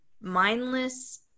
mindless